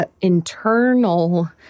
internal